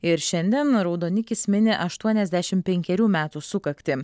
ir šiandien raudonikis mini aštuoniasdešim penkerių metų sukaktį